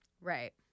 Right